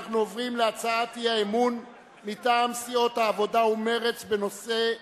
אנחנו עוברים להצעת האי-אמון מטעם סיעות העבודה ומרצ בנושא: